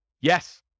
Yes